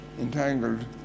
entangled